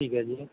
ਠੀਕ ਹੈ ਜੀ